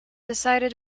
decided